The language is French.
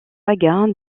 saga